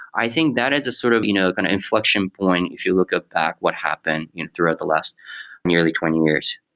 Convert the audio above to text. i think that is a sort of you know kind of inflection point if you look ah back what happened throughout the last nearly twenty years